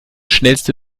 schnellste